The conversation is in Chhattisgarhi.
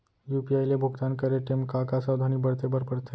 यू.पी.आई ले भुगतान करे टेम का का सावधानी बरते बर परथे